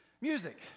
Music